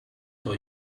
for